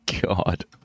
god